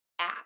app